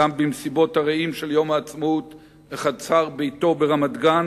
גם במסיבות הרעים של יום העצמאות בחצר ביתו ברמת-גן,